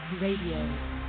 Radio